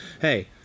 hey